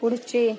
पुढचे